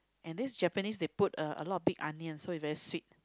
and that's Japanese they put a a lot of big onion so is very sweet